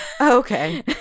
okay